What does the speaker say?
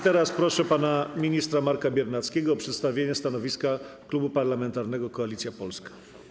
Teraz proszę pana ministra Marka Biernackiego o przedstawienie stanowiska Klubu Parlamentarnego Koalicja Polska.